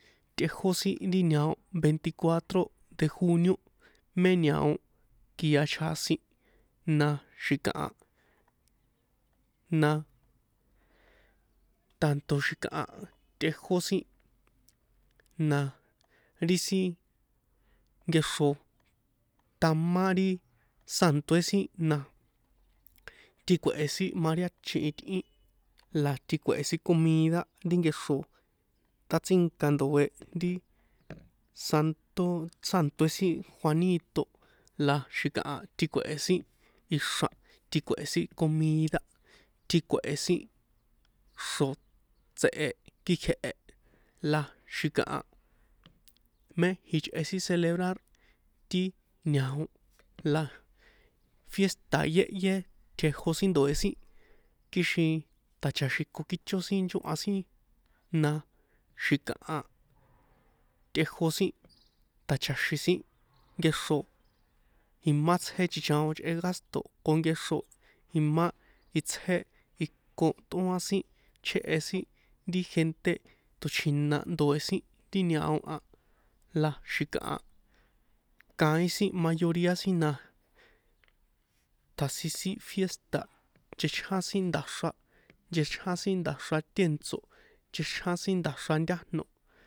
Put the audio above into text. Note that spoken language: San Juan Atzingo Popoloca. Tꞌejó sin ri ñao veiticuatro de junio mé ñao kia chjasin na xi̱kaha na tanto xi̱kaha tꞌejó sin na ri sin nkexro tamá ri sántoé sin na tjikue̱he sin mariachi itꞌín la tjikue̱he sin comida ri nkexro tsꞌátsínka ndoe ri santo sàntoé sin juanito la xi̱kaha tjikue̱he sin ixra̱ tjikue̱he sin comida tjikue̱he sin xro̱ tse̱he̱ kjíkjehe̱ la xi̱kaha mé jichꞌe sin celebrar ti ñao la fiésta̱ yéhyé tjejó sin ndoe̱ sin kixin tjacha̱xi̱ko kícho sin nchóhan sin na xi̱kaha tꞌejó sin tja̱cha̱xi̱n sin nkexro imá tsjé chichaon ichꞌe gásto̱ nko nkéxro imá itsjé iko tꞌóan sin chjéhe sin ri gente tso̱chjina ndoe̱ sin ti ñao a la xi̱kaha kaín sin mayoría sin na tjasin sin fiésta̱ nchechján sin nda̱xra nchechján sin nda̱xra tèntso̱ nchechján sin nda̱xra ntájno.